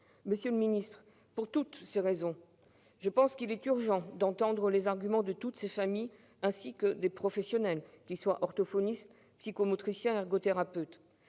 Monsieur le secrétaire d'État, pour toutes ces raisons, il est urgent d'entendre les arguments de ces familles ainsi que des professionnels, qu'ils soient orthophonistes, psychomotriciens ou ergothérapeutes.